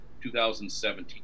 2017